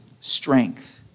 strength